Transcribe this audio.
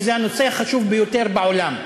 שזה הנושא החשוב ביותר בעולם,